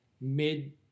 mid